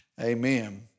amen